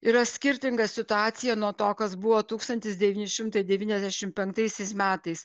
yra skirtinga situacija nuo to kas buvo tūkstantis devyni šimtai devyniasdešim penktaisiais metais